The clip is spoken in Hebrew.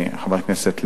חברת הכנסת לוי,